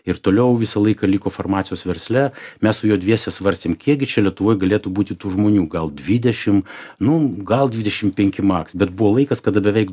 ir toliau visą laiką liko farmacijos versle mes su juo dviese svarstėm kiekgi čia lietuvoj galėtų būti tų žmonių gal dvidešim nu gal dvidešim penki maks bet buvo laikas kada beveik